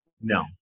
no